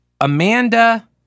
Amanda